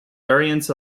variants